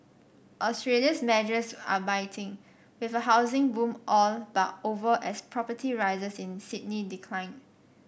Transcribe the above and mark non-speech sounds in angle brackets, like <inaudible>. Australia's measures are biting with a housing boom all but over as property <unintelligible> in Sydney decline